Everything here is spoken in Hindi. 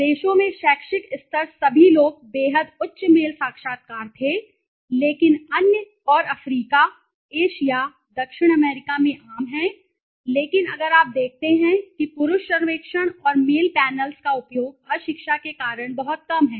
देशों में शैक्षिक स्तर सभी लोग बेहद उच्च मेल साक्षात्कार थे लेकिन अन्य और अफ्रीका एशिया दक्षिण अमेरिका में आम हैं लेकिन अगर आप देखते हैं कि पुरुष सर्वेक्षण और मेल पैनल्स का उपयोग अशिक्षा के कारण बहुत कम है